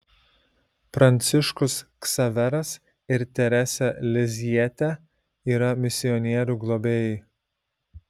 pranciškus ksaveras ir terese lizjiete yra misionierių globėjai